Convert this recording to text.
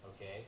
Okay